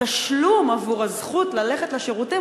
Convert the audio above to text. התשלום עבור הזכות ללכת לשירותים,